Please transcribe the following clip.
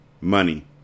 Money